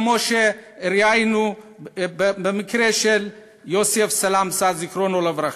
כמו שראינו במקרה של יוסף סלמסה, זיכרונו לברכה,